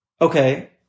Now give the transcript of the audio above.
Okay